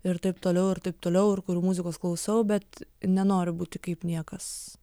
ir taip toliau ir taip toliau ir kurių muzikos klausau bet nenoriu būti kaip niekas